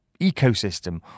ecosystem